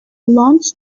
launch